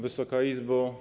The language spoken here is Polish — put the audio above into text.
Wysoka Izbo!